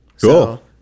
Cool